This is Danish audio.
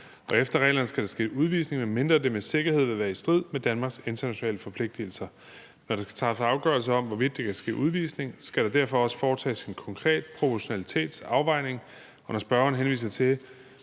Og efter reglerne skal der ske udvisning, medmindre det med sikkerhed vil være i strid med Danmarks internationale forpligtigelser. Når der skal træffes afgørelse om, hvorvidt der kan ske udvisning, skal der derfor også foretages en konkret proportionalitetsafvejning, og når spørgeren spørger,